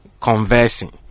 conversing